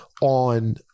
on